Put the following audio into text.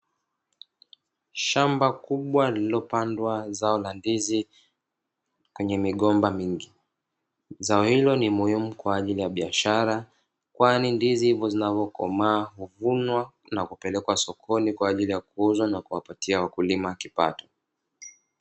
Shamba kubwa lililo pandwa zao la ndizi kwenye migomba mingi, zao hilo ni muhimu kwa ajili ya biashara kwani ndizi hivyo zinavyo komaa huvunwa na kupelekwa sokoni kwaajili ya kuuzwa na kuwapatia wakulima kipato.